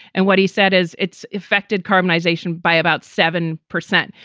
and what he said is it's effected carbonisation by about seven percent.